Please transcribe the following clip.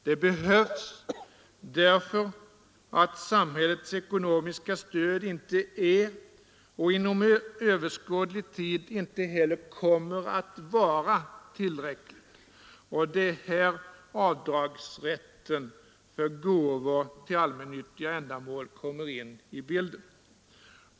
Det behövs därför att samhällets ekonomiska stöd inte är och inom överskådlig tid inte heller kommer att vara tillräckligt. Och det är här som avdragsrätten för gåvor till allmännyttiga ändamål kommer in i bilden.